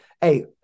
hey